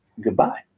goodbye